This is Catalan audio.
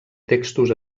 textos